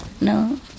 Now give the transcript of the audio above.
No